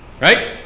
Right